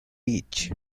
each